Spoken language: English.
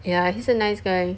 ya he's a nice guy